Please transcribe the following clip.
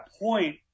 point